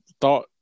Thought